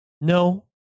No